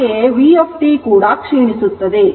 ಹಾಗೆಯೇ vt ಕೂಡ ಕ್ಷೀಣಿಸುತ್ತದೆ